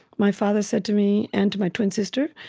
my father said to me and to my twin sister,